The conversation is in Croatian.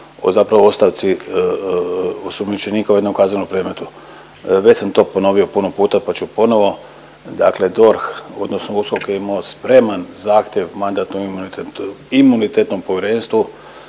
zapravo o ostavci osumnjičenika u jednom kaznenom predmetu. Već sam to ponovio puno puta pa ću ponovo. Dakle, DORH odnosno USKOK je imao spreman zahtjev Mandatno-imunitetnog povjerenstvu